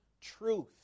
truth